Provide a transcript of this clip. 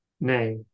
Nay